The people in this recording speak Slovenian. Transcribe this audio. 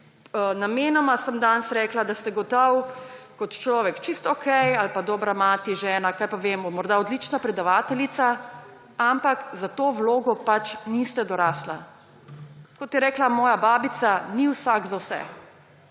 Namenoma sem danes rekla, da ste gotovo kot človek čisto okej ali pa dobra mati, žena, kaj pa vemo, morda odlična predavateljica; ampak za to vlogo pač niste dorasli. Kot je rekla moja babica – ni vsak za vse,